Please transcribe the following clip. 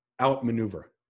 outmaneuver